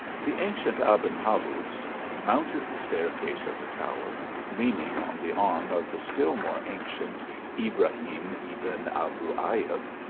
the ancient aben habuz mounted the staircase of the tower, leaning on the arm of the still more ancient ibrahim ebn abu ayub.